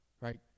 Right